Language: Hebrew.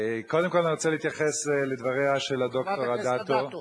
קודם כול אני רוצה להתייחס לדבריה של ד"ר אדטו.